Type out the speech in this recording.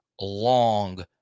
long